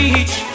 Beach